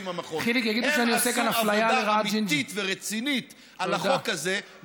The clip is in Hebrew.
ועם המכון: הם עשו עבודה אמיתית ורצינית על החוק הזה,